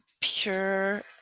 pure